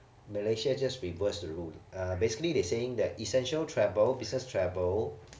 malaysia just reverse the rule uh basically they saying that essential travel business travel